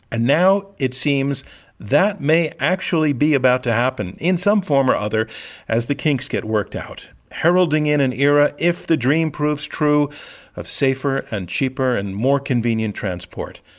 and now, it seems that may actually be about to happen in some form or other as the kinks get worked out. heralding in an era if the dream proves true for safer and cheaper and more convenient transport.